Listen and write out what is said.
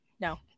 No